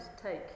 take